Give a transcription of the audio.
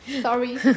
Sorry